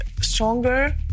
stronger